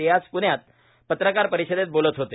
ते आज प्ण्यात पत्रकार परिषदेत बोलत होते